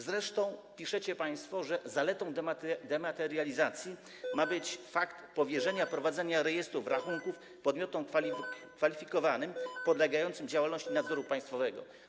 Zresztą piszecie państwo, że zaletą dematerializacji ma być fakt powierzenia prowadzenia rejestrów rachunków podmiotom kwalifikowanym podlegającym działalności nadzoru państwowego.